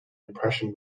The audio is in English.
impression